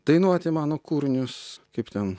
dainuoti mano kūrinius kaip ten